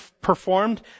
performed